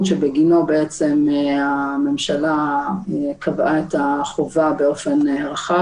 שבגינו בעצם הממשלה קבעה את החובה באופן רחב.